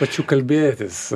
tačiau kalbėtis